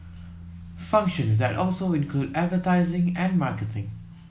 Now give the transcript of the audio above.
functions that also include advertising and marketing